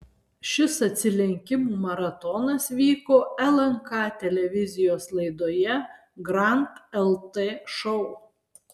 šis atsilenkimų maratonas vyko lnk televizijos laidoje grand lt šou